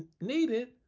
needed